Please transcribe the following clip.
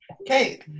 okay